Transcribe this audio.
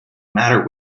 matter